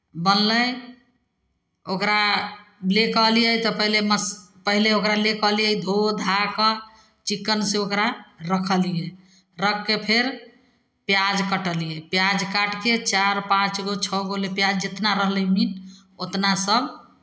बनलै ओकरा लऽ कऽ एलियै तऽ पहिले मस पहिले ओकरा लए कऽ एलियै धोऽ धा कऽ चिक्कनसँ ओकरा रखलियै रख कऽ फेर प्याज कटलियै प्याज काटि कऽ चारि पाँच गो छओ गो ले प्याज जितना रहलै मीट उतना सभ